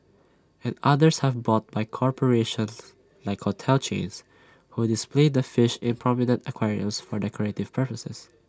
and others have bought by corporations like hotel chains who display the fish in prominent aquariums for decorative purposes